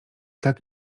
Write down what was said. tak